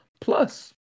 plus